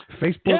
Facebook